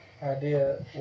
idea